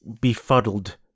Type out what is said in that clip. befuddled